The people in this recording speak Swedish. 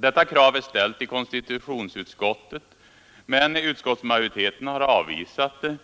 Detta krav är ställt i konstitutionsutskottet, men utskottsmajoriteten har avvisat det.